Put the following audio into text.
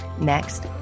next